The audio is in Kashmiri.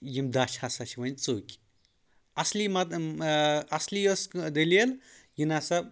یِم دچھ ہسا چھِ وۄنۍ ژوٚکۍ اصلی اصلی ٲس دٔلیٖل یہِ نسا